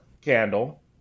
candle